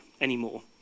anymore